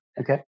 Okay